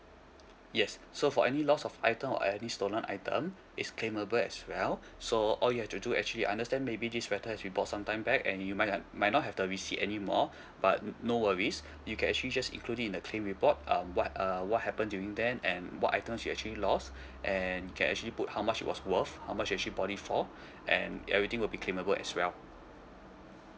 yes so for any lost of item or any stolen item is claimable as well so all you have to do actually understand maybe this item has been bought sometime back and you might have might not have the receipt anymore but no worries you can actually just include it in the claim report um what uh what happened during then and what items you actually lost and you can actually put how much it was worth how much you actually bought it for and everything will be claimable as well